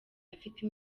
afite